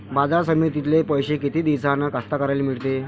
बाजार समितीतले पैशे किती दिवसानं कास्तकाराइले मिळते?